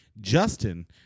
Justin